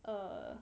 err